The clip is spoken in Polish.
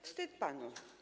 Wstyd panu.